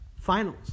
finals